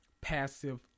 passive